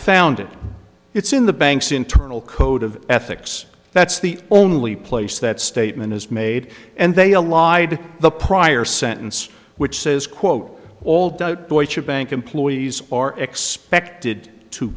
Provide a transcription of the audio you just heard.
found it it's in the bank's internal code of ethics that's the only place that statement is made and they allied the prior sentence which says quote all doubt boys should bank employees are expected to